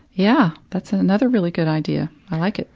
yeah, that's another really good idea. i like it.